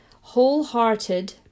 wholehearted